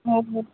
हो हो